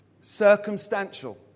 circumstantial